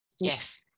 Yes